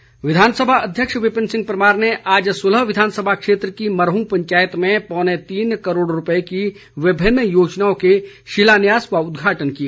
परमार विधानसभा अध्यक्ष विपिन सिंह परमार ने आज सुलह विधानसभा क्षेत्र की मरहूं पंचायत में पौने तीन करोड़ रूपए की विभिन्न योजनाओं के शिलान्यास व उदघाटन किए